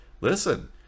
listen